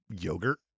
yogurt